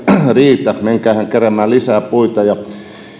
riitä menkäähän keräämään lisää puita